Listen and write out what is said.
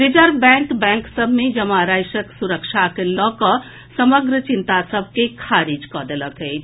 reserve bank bank सभ मे जमा राशिक सुरक्षा के लऽ कऽ समग्र चिंता सभ के खारिज कऽ देलक अछि